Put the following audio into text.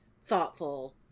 thoughtful